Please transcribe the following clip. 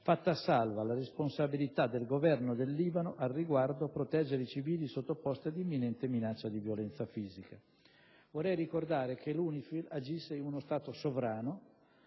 fatta salva la responsabilità del Governo del Libano al riguardo; 5) proteggere i civili sottoposti ad imminente minaccia di violenza fisica. Vorrei ricordare che l'UNIFIL agisce in uno Stato sovrano